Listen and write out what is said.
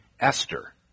Esther